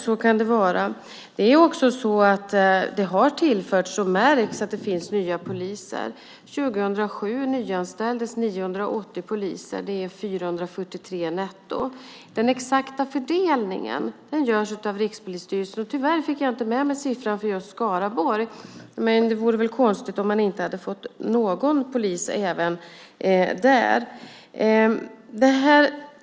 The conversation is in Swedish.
Så kan det vara. Det har tillförts - det märks - nya poliser. År 2007 nyanställdes 980 poliser. Det är 443 netto. Den exakta fördelningen görs av Rikspolisstyrelsen. Tyvärr fick jag inte med mig siffran för just Skaraborg. Men det vore konstigt om man inte även där hade fått någon polis.